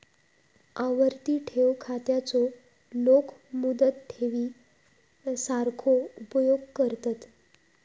आवर्ती ठेव खात्याचो लोक मुदत ठेवी सारखो उपयोग करतत